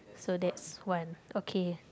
so that's one okay